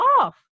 off